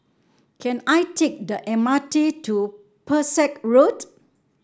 can I take the M R T to Pesek Road